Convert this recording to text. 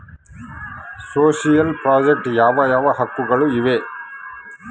Social project ಯಾವ ಯಾವ ಹಕ್ಕುಗಳು ಇವೆ?